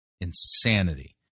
insanity